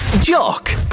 Jock